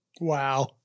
Wow